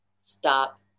Stop